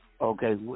Okay